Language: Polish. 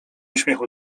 śmiechu